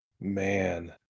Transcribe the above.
Man